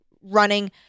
running